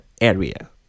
area